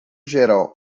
geral